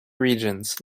regions